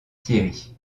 thierry